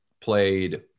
played